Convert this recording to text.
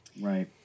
Right